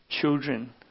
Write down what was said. children